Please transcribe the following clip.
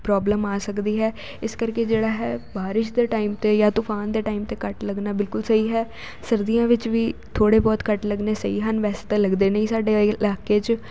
problem ਆ ਸਕਦੀ ਹੈ ਇਸ ਕਰਕੇ ਜਿਹੜਾ ਹੈ ਬਾਰਿਸ਼ ਦੇ ਟਾਈਮ 'ਤੇ ਜਾਂ ਤੂਫਾਨ ਦੇ ਟਾਈਮ 'ਤੇ ਕੱਟ ਲੱਗਣਾ ਬਿਲਕੁਲ ਸਹੀ ਹੈ ਸਰਦੀਆਂ ਵਿੱਚ ਵੀ ਥੋੜ੍ਹੇ ਬਹੁਤ ਕੱਟ ਲੱਗਣੇ ਸਹੀ ਹਨ ਵੈਸੇ ਤਾਂ ਲੱਗਦੇ ਨਹੀਂ ਸਾਡੇ ਇ ਇਲਾਕੇ 'ਚ